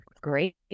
Great